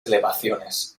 elevaciones